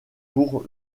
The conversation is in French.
pour